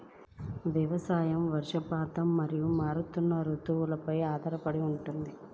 వ్యవసాయం వర్షపాతం మరియు మారుతున్న రుతువులపై ఆధారపడి ఉంటుంది